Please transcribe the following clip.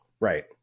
Right